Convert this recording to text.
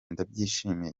ndabyishimiye